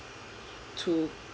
to